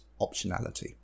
optionality